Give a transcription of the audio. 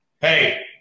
Hey